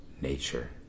nature